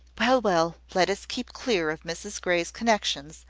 well, well let us keep clear of mrs grey's connexions,